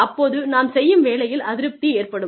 அப்போது நாம் செய்யும் வேலையில் அதிருப்தி ஏற்படும்